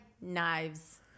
knives